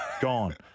Gone